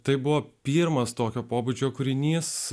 tai buvo pirmas tokio pobūdžio kūrinys